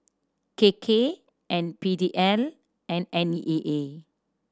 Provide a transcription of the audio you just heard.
K K and P D and and N E A A